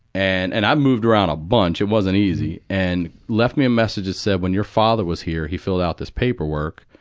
and and i-i'd moved around a bunch. it wasn't easy. and left me a message that said, when your father was here, he filled out paperwork.